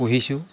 পুহিছোঁ